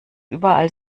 überall